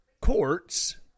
courts